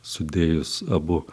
sudėjus abu